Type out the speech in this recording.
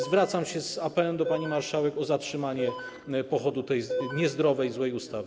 Zwracam się z apelem do pani marszałek o zatrzymanie pochodu tej niezdrowej, złej ustawy.